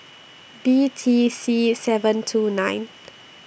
B T C seven two nine